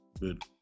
good